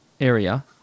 area